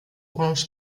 orange